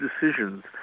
decisions